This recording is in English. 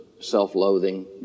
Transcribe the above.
self-loathing